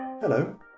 Hello